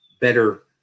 better